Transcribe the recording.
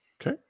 Okay